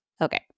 Okay